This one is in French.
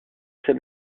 ses